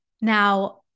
Now